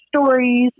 stories